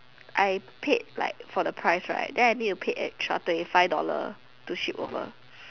I paid like for the price right then I need to pay extra thirty five dollar to ship over